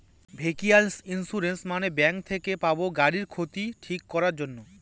vehicle insurance মানে bank থেকে পাবো গাড়ির ক্ষতি ঠিক করাক জন্যে